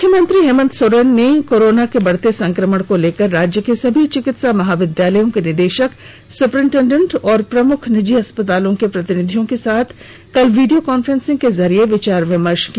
मुख्यमंत्री हेमन्त सोरेन ने कोरोना के बढ़ते संक्रमण को लेकर राज्य के सभी चिकित्सा महाविद्यालयों के निदेशक सुपरिटेंडेंट और प्रमुख निजी अस्पतालों के प्रतिनिधियों के साथ कल वीडियो कांफ्रेंसिंग के जरिए विचार विमर्श किया